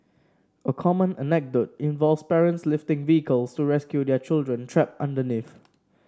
a common anecdote involves parents lifting vehicles to rescue their children trapped underneath